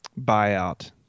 buyout